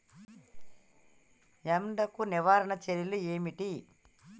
ఎండకు నివారణ చర్యలు ఏమిటి?